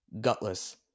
gutless